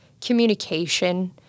communication